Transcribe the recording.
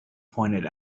pointed